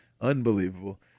Unbelievable